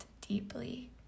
deeply